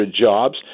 jobs